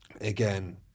Again